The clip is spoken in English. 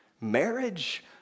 Marriage